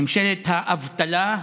ממשלת האבטלה,